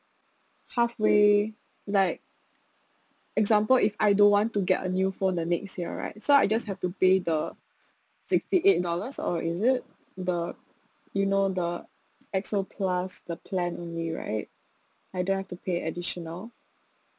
halfway like example if I don't want to get a new phone the next year right so I just have to pay the sixty eight dollars or is it the you know the X_O plus the plan only right I don't have to pay additional